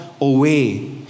away